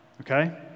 Okay